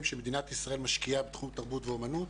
שמדינת ישראל משקיעה בתחום תרבות ואומנות,